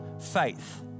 faith